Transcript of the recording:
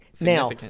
Now